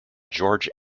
george